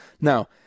Now